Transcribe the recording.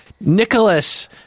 nicholas